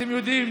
אתם יודעים,